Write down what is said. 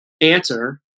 answer